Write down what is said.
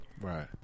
Right